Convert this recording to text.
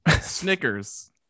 Snickers